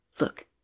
Look